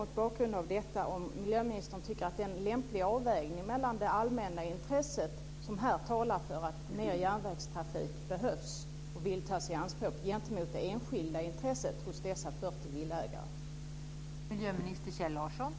Mot bakgrund av detta undrar jag om miljöministern tycker att det är en lämplig avvägning mellan det allmänna intresset som talar för att mer järnvägstrafik behövs och det enskilda intresset hos de 40 villaägarna.